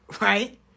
right